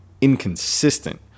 inconsistent